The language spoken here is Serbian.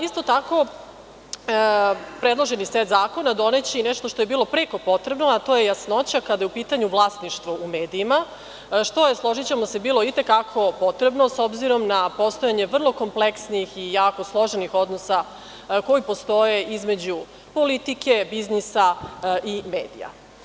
Isto tako predloženi set zakona doneće nešto što je bilo preko potrebno, a to je jasnoća, kada je u pitanju vlasništvo u medijima, što je bilo potrebno, s obzirom na postojanje vrlo kompleksnih i jako složenih odnosa koji postoje između politike, biznisa i medija.